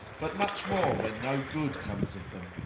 but much more when no good comes of them,